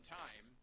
time